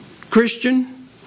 Christian